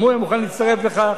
גם הוא היה מוכן להצטרף לכך.